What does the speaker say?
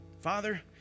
Father